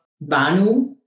Banu